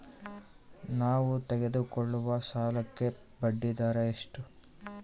ನಾವು ತೆಗೆದುಕೊಳ್ಳುವ ಸಾಲಕ್ಕೆ ಬಡ್ಡಿದರ ಎಷ್ಟು?